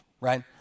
right